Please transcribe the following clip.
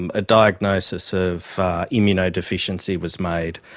and a diagnosis of immunodeficiency was made,